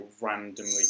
randomly